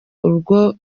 urwo